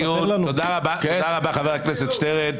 עם מי בדיוק חשב חבר הכנסת רוטמן שהוא הולך לעשות פשרה?